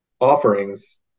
offerings